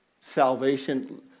salvation